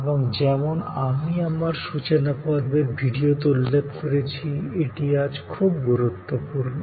এবং যেমন আমি আমার সূচনাপর্বের ভিডিওতে উল্লেখ করেছি এটি আজ খুব গুরুত্বপূর্ণ